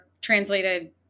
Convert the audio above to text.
translated